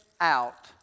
out